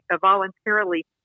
voluntarily